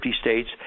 states